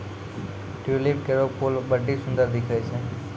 tulip केरो फूल बड्डी सुंदर दिखै छै